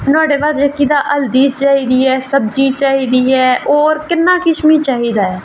नुहाड़े बाद जेह्की हल्दी चाहिदी ऐ सब्जी चाहिदी ऐ होर किन्ना किश मिगी चाहिदा ऐ